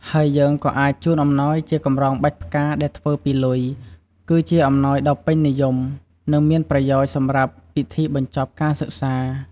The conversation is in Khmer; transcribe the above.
ហើយយើងក៏អាច ជូនអំណោយជាកម្រងបាច់ផ្កាដែលធ្វើពីលុយ គឺជាអំណោយដ៏ពេញនិយម និងមានប្រយោជន៍សម្រាប់ពិធីបញ្ចប់ការសិក្សា។